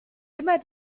immer